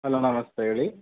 hello ನಮಸ್ತೆ ಹೇಳಿ